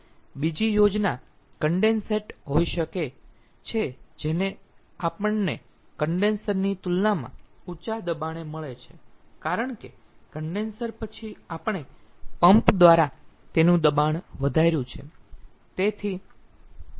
બીજી યોજના કન્ડેન્સેટ હોઈ શકે છે જે આપણને કન્ડેન્સર ની તુલનામાં ઊંચા દબાણે મળે છે કારણ કે કન્ડેન્સર પછી આપણે પંપ દ્વારા તેનું દબાણ વધાર્યું છે